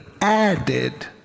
added